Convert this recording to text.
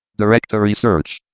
directory search.